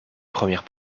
premières